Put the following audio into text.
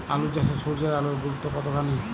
আলু চাষে সূর্যের আলোর গুরুত্ব কতখানি?